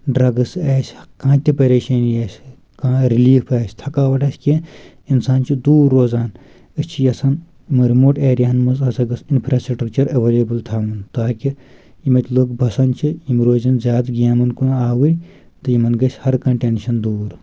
drugs آسہِ کانٛہہ تہِ پریشٲنی آسہِ کانٛہہ رِلیٖف آسہِ تھکاوٹ آسہِ کینٛہہ انسان چھِ دوٗر روزان أسۍ چھِ یژھَان یِمن رِموٹ ایریاہن منٛز ہسا گوٚژھ اِنفراسٹرَکچَر ایٚویلیبٕل تھاوُن تاکہِ یِم اَتہِ لُکھ بسن چھِ یِم روزن زیادٕ گیمَن کُن آوٕر تہٕ یِمَن گژھِ ہر کانٛہہ ٹؠنشن دوٗر